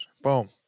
Boom